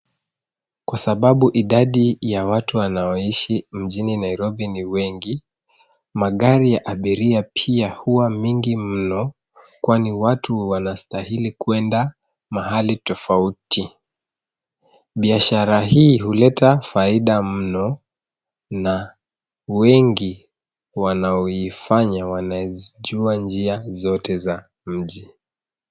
Kwa sababu idadi ya watu wanaoishi mjini Nairobi ni wengi. Magari ya abiria pia huwa mingi mno kwani watu wana wanastahili kwenda mahali tofauti. Biashara hii huleta faida mno na wengi wanaoifanya wanazijua njia zote za mji.